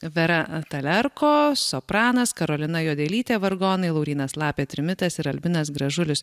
vera talerko sopranas karolina juodelytė vargonai laurynas lapė trimitas ir albinas gražulis